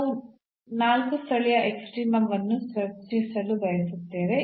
ನಾವು ನಾಲ್ಕು ಸ್ಥಳೀಯ ಎಕ್ಸ್ಟ್ರೀಮ ವನ್ನು ಚರ್ಚಿಸಲು ಬಯಸುತ್ತೇವೆ